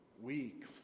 Weak